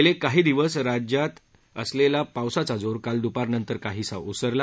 गेले काही दिवस राज्यातअसलेला पावसाचा जोर काल दुपारनंतर काहीसा ओसरला